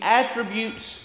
attributes